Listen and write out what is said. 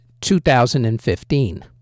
2015